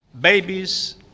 Babies